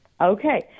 Okay